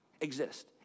exist